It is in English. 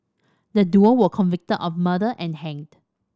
the duo were convicted of murder and hanged